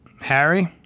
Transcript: Harry